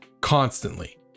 constantly